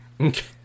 Okay